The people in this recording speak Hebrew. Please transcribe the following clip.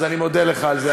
אז אני מודה לך על זה,